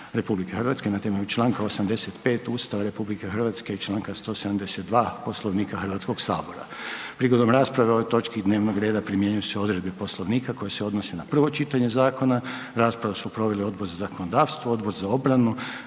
na temelju čl. 85. Ustava RH i čl. 172. Poslovnika HS. Prigodom rasprave o ovoj točki dnevnog reda primjenjuju se odredbe Poslovnika koje se odnose na prvo čitanje zakona. Raspravu su proveli Odbor za zakonodavstvo, Odbor za obranu,